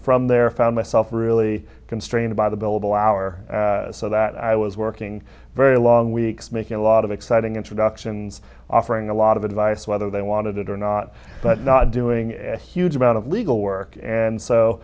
from there found myself really constrained by the billable hour so that i was working very long weeks making a lot of exciting introductions offering a lot of advice whether they wanted it or not but not doing a huge amount of legal work and so